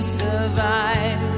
survive